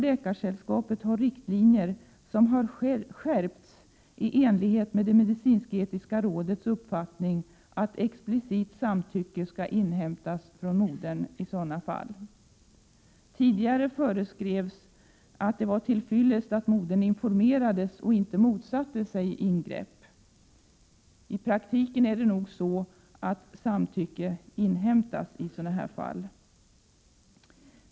Läkarsällskapets riktlinjer har skärpts i enlighet med medicinsk-etiska rådets uppfattning, att explicit samtycke skall inhämtas från modern i sådana fall. Tidigare föreskrevs att det var till fyllest med att modern informerats och att hon inte motsatt sig ingrepp. I praktiken inhämtas samtycke.